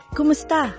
Kumusta